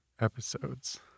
episodes